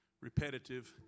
repetitive